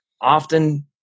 often